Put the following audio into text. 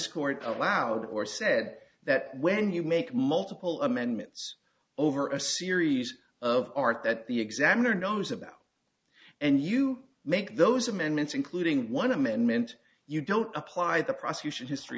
court allowed or said that when you make multiple amendments over a series of art that the examiner knows about and you make those amendments including one amendment you don't apply the prosecution history